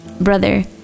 brother